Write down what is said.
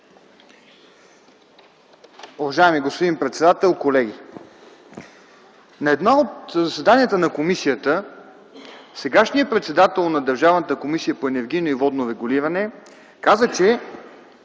Уважаеми господин председател, колеги! На едно от заседанията на комисията сегашният председател на Държавната комисия по енергийно и водно регулиране каза, че